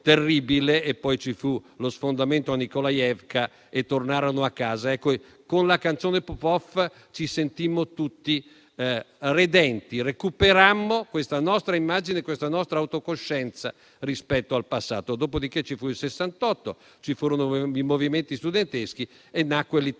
Poi ci fu lo sfondamento di Nikolajevka e tornarono a casa. Ecco, con la canzone "Popoff" ci sentimmo tutti redenti e recuperammo questa nostra immagine e questa nostra autocoscienza rispetto al passato. Dopodiché ci fu il Sessantotto, ci furono i movimenti studenteschi e nacque l'Italia